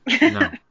No